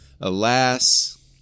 alas